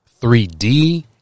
3D